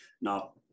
Now